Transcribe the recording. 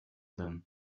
them